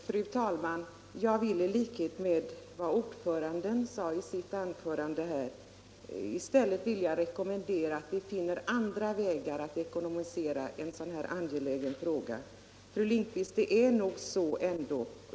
Fru talman! Jag skulle i likhet med utskottets ordförande i stället vilja rekommendera att vi försöker att finna andra vägar att ekonomisera en sådan här angelägen del av vården.